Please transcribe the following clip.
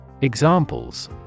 Examples